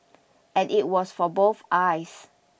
and it was for both eyes